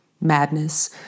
madness